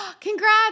Congrats